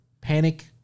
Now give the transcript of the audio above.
Panic